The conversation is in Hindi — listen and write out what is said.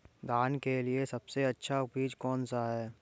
धान के लिए सबसे अच्छा बीज कौन सा है?